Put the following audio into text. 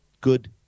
good